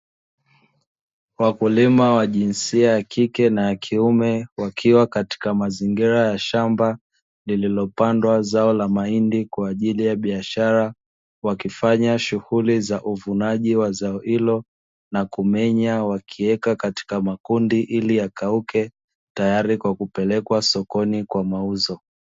Wakulima wa jinsia ya kike na ya kiume wakiwa katika mazingira ya shamba lililopandwa zao la mahindi kwa ajili ya biashara. Wakifanya shunguli za uvunaji wa zao hilo na kumenya, wakiweka katika makundi ili yakauke tayari kwa kupelekwa sokoni kwa mauzo.